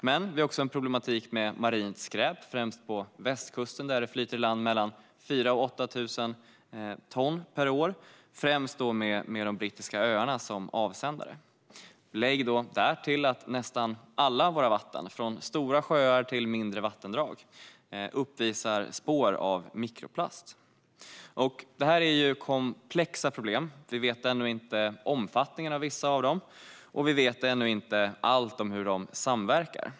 Men vi har också en problematik med marint skräp, främst på västkusten, där det flyter i land mellan 4 000 och 8 000 ton per år, främst med de brittiska öarna som avsändare. Lägg därtill att nästan alla vatten, från stora sjöar till mindre vattendrag, uppvisar spår av mikroplast. Det här är komplexa problem. Vi känner ännu inte till omfattningen av vissa av dem, och vi vet ännu inte allt om hur de samverkar.